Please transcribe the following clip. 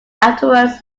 afterwards